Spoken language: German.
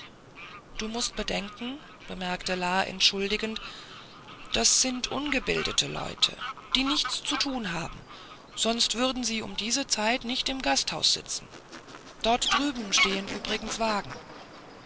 du mußt bedenken bemerkte la entschuldigend das sind ungebildete leute die nichts zu tun haben sonst würden sie um diese zeit nicht im gasthaus sitzen dort drüben stehen übrigens wagen